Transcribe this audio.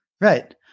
Right